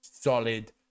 solid